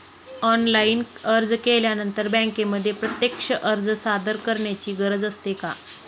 Online अर्ज केल्यानंतर बँकेमध्ये प्रत्यक्ष अर्ज सादर करायची गरज असते का?